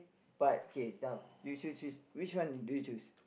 but okay it's dumb you to choose which do you choose